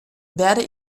werde